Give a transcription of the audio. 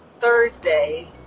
thursday